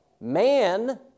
Man